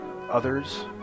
others